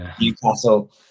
newcastle